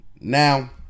now